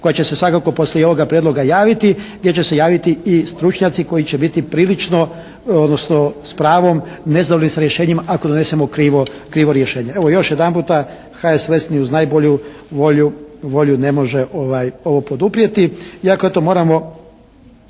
koja će se svakako poslije ovoga prijedloga javiti. Gdje će se javiti i stručnjaci koji će biti prilično odnosno s pravom … /Govornik se ne razumije./ … rješenjima ako donesemo krivo, krivo rješenje. Evo još jedanputa HSLS ni uz najbolju volju ne može ovo poduprijeti.